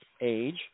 age